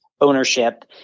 ownership